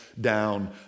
down